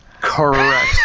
Correct